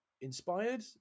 Inspired